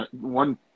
one